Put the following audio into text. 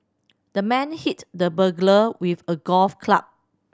the man hit the burglar with a golf club